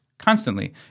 constantly